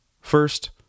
first